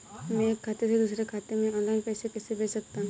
मैं एक खाते से दूसरे खाते में ऑनलाइन पैसे कैसे भेज सकता हूँ?